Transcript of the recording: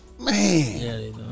Man